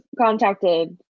contacted